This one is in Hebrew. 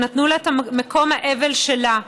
שנתנו לה את מקום האבל שלה,